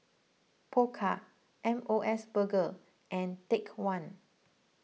Pokka M O S Burger and Take one